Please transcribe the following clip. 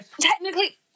technically